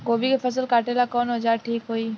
गोभी के फसल काटेला कवन औजार ठीक होई?